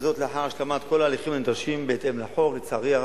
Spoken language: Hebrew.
וזאת לאחר השלמת כל ההליכים הנדרשים בהתאם לחוק.